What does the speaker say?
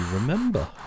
remember